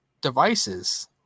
devices